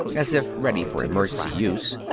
as if ready for emergency use.